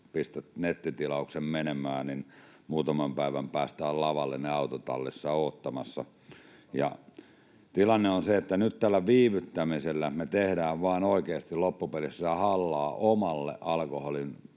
pistät nettitilauksen menemään, niin muutaman päivän päästä on lavallinen autotallissa odottamassa. Ja tilanne on se, että nyt tällä viivyttämisellä me tehdään oikeasti loppupelissä hallaa vain omille alkoholin